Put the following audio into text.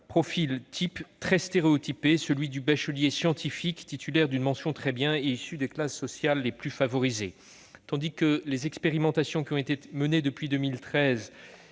profil type très stéréotypé, celui du bachelier scientifique, titulaire d'une mention très bien et issu des classes sociales les plus favorisées. Les expérimentations menées depuis 2013